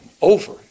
over